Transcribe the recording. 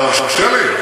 תרשה לי.